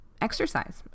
exercise